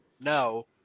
no